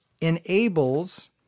enables